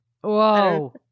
Whoa